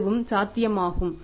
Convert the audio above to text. அதுவும் சாத்தியமாகும்